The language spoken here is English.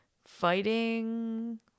fighting